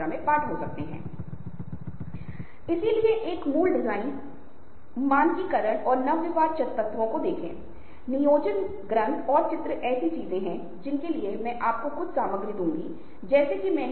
अब आप देखते हैं कि हम सोशल मीडिया को आगे ले जा रहे हैं और क्योंकि सोशल मीडिया एक ऐसा क्षेत्र है जहाँ नेटवर्किंग बहुत प्रचलित है